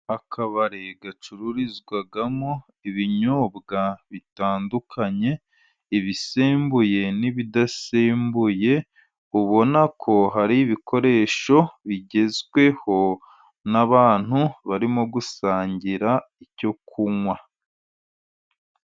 Akabari gacururizwamo ibinyobwa bitandukanye, ibisembuye n'ibidasembuye, ubona ko hari ibikoresho bigezweho, n'abantu barimo gusangira icyo kunywa.